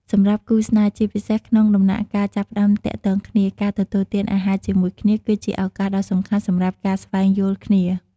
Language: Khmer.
សម្រាប់គូស្នេហ៍ ជាពិសេសក្នុងដំណាក់កាលចាប់ផ្តើមទាក់ទងគ្នា ការទទួលទានអាហារជាមួយគ្នា គឺជា ឱកាសដ៏សំខាន់សម្រាប់ការស្វែងយល់គ្នា។